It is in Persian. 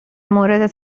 مورد